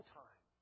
time